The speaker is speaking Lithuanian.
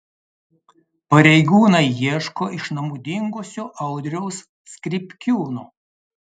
pareigūnai ieško iš namų dingusio audriaus skripkiūno